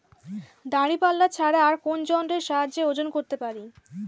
দাঁড়িপাল্লা ছাড়া আর কোন যন্ত্রের সাহায্যে ওজন করতে পারি?